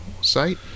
site